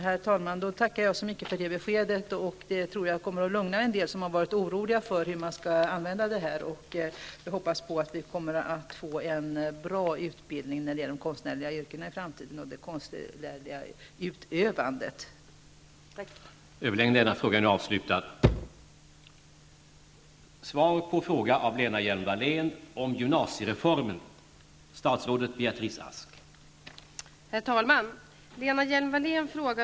Herr talman! Jag tackar så mycket för det beskedet. Det tror jag kommer att lugna en del som har varit oroliga för hur man skall använda utredningsresultatet. Jag hoppas att vi kommer att få en bra utbildning när det gäller konstnärliga yrken och det konstnärliga utövandet i framtiden.